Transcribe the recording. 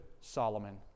Solomon